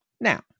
Now